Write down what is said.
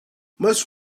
most